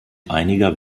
einiger